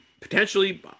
potentially